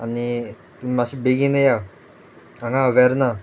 आनी मातशें बेगीन येया हांगा अवेरना